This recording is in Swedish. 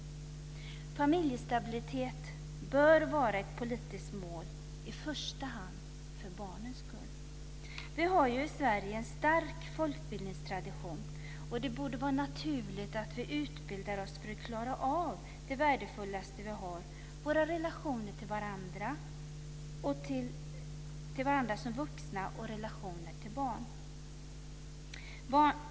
Familjestabilitet bör vara ett politiskt mål i första hand för barnens skull. Vi har i Sverige en stark folkbildningstradition. Det borde vara naturligt att vi utbildar oss för att klara av det värdefullaste vi har: våra relationer till varandra som vuxna och relationerna till barn.